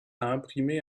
imprimé